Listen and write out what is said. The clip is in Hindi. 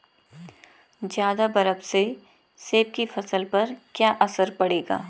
ज़्यादा बर्फ से सेब की फसल पर क्या असर पड़ेगा?